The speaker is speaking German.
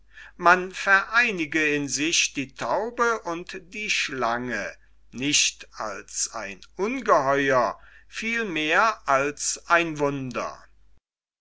man vereinige in sich die taube und die schlange nicht als ein ungeheuer sondern vielmehr als ein wunder